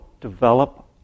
develop